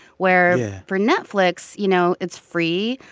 where for netflix, you know, it's free.